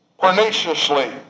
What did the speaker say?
perniciously